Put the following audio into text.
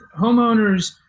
homeowners